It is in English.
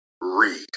read